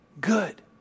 Good